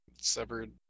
severed